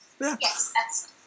Yes